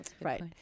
Right